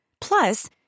Plus